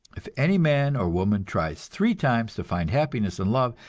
if any man or woman tries three times to find happiness in love,